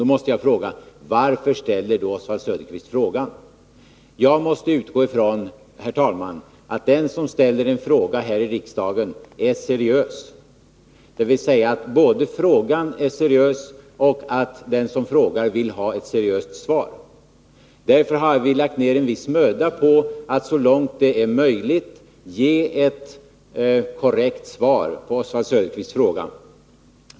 Då måste jag fråga: Varför ställer då Oswald Söderqvist frågan? Jag måste utgå ifrån, herr talman, att den som ställer en fråga här i riksdagen är seriös, dvs. både att frågan är seriös och att den som frågar vill ha ett seriöst svar. Därför har vi lagt ned en viss möda på att så långt det är möjligt ge ett korrekt svar på Oswald Söderqvists fråga.